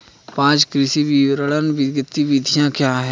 पाँच कृषि विपणन गतिविधियाँ क्या हैं?